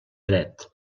dret